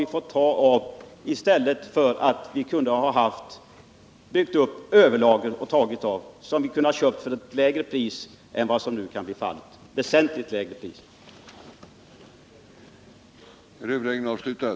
Vi hade i stället kunnat bygga upp och ta av överlager som vi kunnat köpa till väsentligt lägre priser än vad som nu är fallet.